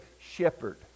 shepherd